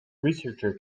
researcher